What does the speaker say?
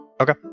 Okay